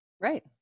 Right